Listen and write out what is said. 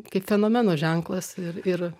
kaip fenomeno ženklas ir ir